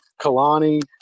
Kalani –